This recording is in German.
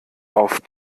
auf